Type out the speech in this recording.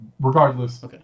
Regardless